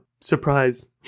surprise